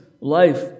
life